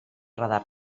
radar